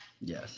Yes